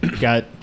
got